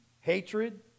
hatred